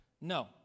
No